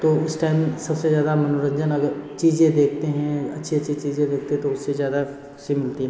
तो उस टाइम सब से ज़्यादा मनोरंजन अगर चीज़े देखते हैं अच्छी अच्छी चीज़े देखते है तो उससे ज़्यादा ख़ुशी मिलती है